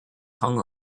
hung